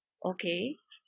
okay